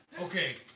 Okay